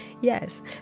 yes